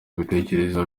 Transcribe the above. mbitekereza